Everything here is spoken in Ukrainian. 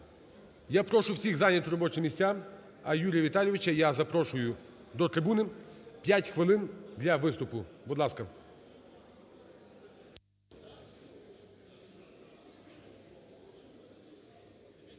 Я прошу всіх зайняти робочі місця, а Юрія Віталійовича я запрошую до трибуни, 5 хвилин для виступу, будь ласка.